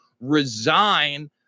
resign